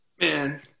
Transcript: man